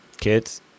kids